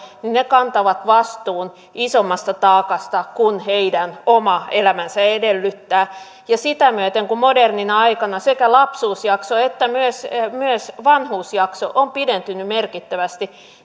kantavat vastuun isommasta taakasta kuin heidän oma elämänsä edellyttää ja sitä myöten kun modernina aikana sekä lapsuusjakso että myös myös vanhuusjakso ovat pidentyneet merkittävästi